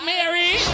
Mary